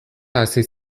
hasi